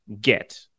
get